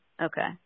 Okay